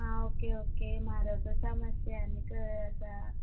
आं okay okay म्हारग आसा मातशें आनीकय आसा